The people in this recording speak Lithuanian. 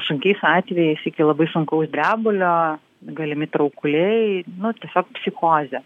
sunkiais atvejais iki labai sunkaus drebulio galimi traukuliai tiesiog psichozė